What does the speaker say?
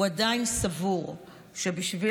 הוא עדיין סבור שבשביל